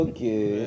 Okay